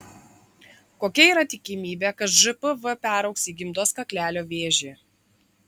kokia yra tikimybė kad žpv peraugs į gimdos kaklelio vėžį